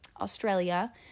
Australia